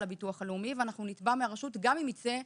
הביטוח הלאומי ואנחנו נתבע מהרשות גם אם יצא פחות.